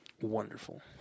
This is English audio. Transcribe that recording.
wonderful